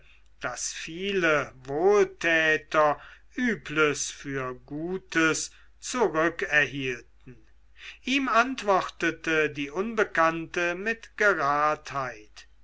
daß viele wohltäter übles für gutes zurückerhielten ihm antwortete die unbekannte mit geradheit